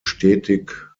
stetig